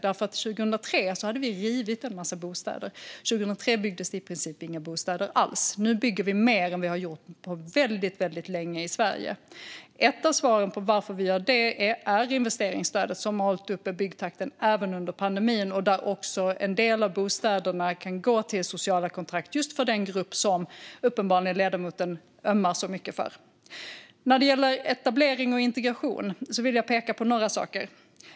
År 2003 hade vi rivit en massa bostäder. År 2003 byggdes det i princip inga bostäder alls. Nu bygger vi mer än vad vi har gjort på väldigt länge i Sverige. Ett av svaren på varför vi gör det är investeringsstödet som har hållit uppe byggtakten även under pandemin. Där kan en del av bostäderna gå till sociala kontrakt just för den grupp som ledamoten uppenbarligen ömmar så mycket för. När det gäller etablering och integration vill jag peka på några saker.